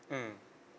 mmhmm